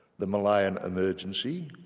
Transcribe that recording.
the malayan emergency,